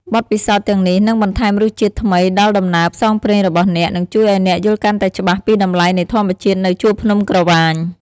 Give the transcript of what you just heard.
បទពិសោធន៍ទាំងនេះនឹងបន្ថែមរសជាតិថ្មីដល់ដំណើរផ្សងព្រេងរបស់អ្នក និងជួយឲ្យអ្នកយល់កាន់តែច្បាស់ពីតម្លៃនៃធម្មជាតិនៅជួរភ្នំក្រវាញ។